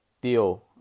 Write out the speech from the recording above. deal